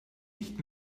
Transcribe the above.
nicht